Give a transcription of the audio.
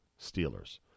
Steelers